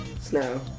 Snow